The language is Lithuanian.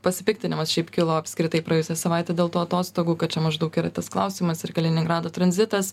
pasipiktinimas šiaip kilo apskritai praėjusią savaitę dėl tų atostogų kad čia maždaug yra tas klausimas ir kaliningrado tranzitas